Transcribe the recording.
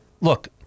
look—